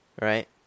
Right